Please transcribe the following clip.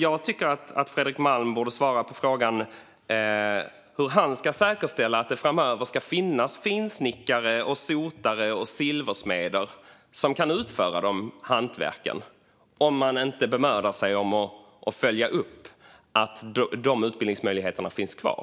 Jag tycker att Fredrik Malm borde svara på frågan hur han ska säkerställa att det framöver finns finsnickare, sotare och silversmeder som kan utföra de hantverken, om man inte bemödar sig om att följa upp att dessa utbildningsmöjligheter finns kvar.